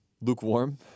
lukewarm